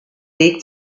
weg